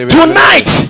Tonight